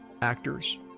actors